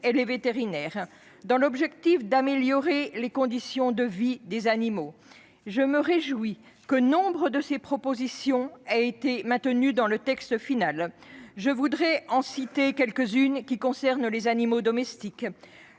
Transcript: et les vétérinaires, dans le but d'améliorer les conditions de vie des animaux. Je me réjouis que nombre de ces propositions aient été maintenues dans le texte final. J'en citerai quelques-unes, qui concernent les animaux domestiques.